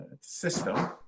System